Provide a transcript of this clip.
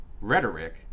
rhetoric